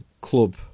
club